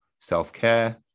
self-care